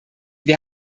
wir